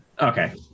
Okay